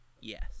Yes